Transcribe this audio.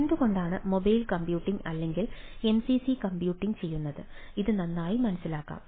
എന്തുകൊണ്ടാണ് mobile computing അല്ലെങ്കിൽ MCC computing ചെയ്യുന്നത് ഇത് നന്നായി മനസ്സിലാക്കാം